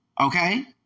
Okay